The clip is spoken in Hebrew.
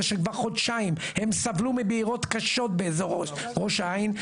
שכבר חודשיים הם סבלו מבערות קשות באזור ראש העין,